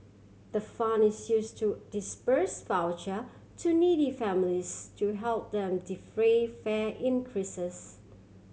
the fund is use to disburse voucher to needy families to help them defray fare increases